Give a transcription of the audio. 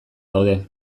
daude